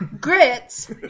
Grits